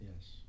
yes